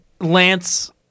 Lance